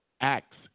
Acts